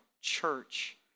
church